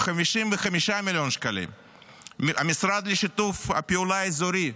55 מיליון שקלים, המשרד לשיתוף פעולה אזורי,